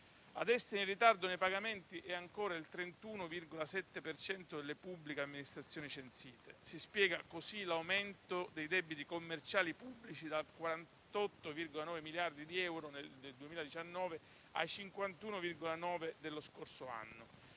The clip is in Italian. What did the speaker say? Ad essere in ritardo nei pagamenti è ancora il 31,7 per cento delle pubbliche amministrazioni censite. Si spiega così l'aumento dei debiti commerciali pubblici, da 48,9 miliardi di euro, nel 2019, ai 51,9 dello scorso anno.